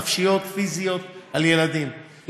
נפשיות ופיזיות על ילדים,